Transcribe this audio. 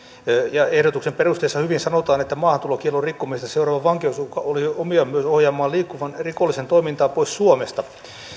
ehdotuksen perusteissa hyvin sanotaan että maahantulokiellon rikkomisesta seuraava vankeusuhka olisi omiaan myös ohjaamaan liikkuvan rikollisen toimintaa pois suomesta